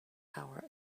our